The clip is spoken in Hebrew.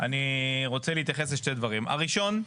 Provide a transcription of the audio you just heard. אני רוצה להתייחס לשני דברים: הראשון,